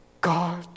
God